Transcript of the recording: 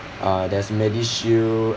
uh there's medishield